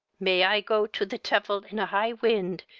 may i go to the tevil in a high wind,